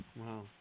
Wow